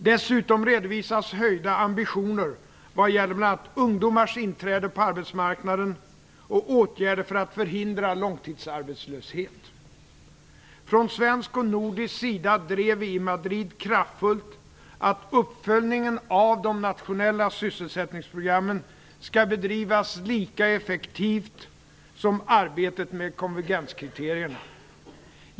Dessutom redovisas höjda ambitioner vad gäller bl.a. ungdomars inträde på arbetsmarknaden och åtgärder för att förhindra långtidsarbetslöshet. Från svensk och nordisk sida drev vi i Madrid kraftfullt att uppföljningen av de nationella sysselsättningsprogrammen skall bedrivas lika effektivt som arbetet med konvergenskriterierna.